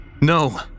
No